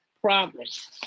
problems